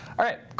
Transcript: all right, cool,